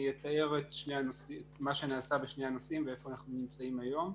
אני אתאר את מה שנעשה בשני הנושאים ואיפה אנחנו נמצאים היום.